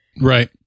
Right